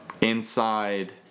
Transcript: inside